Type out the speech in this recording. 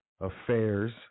affairs